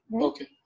okay